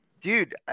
dude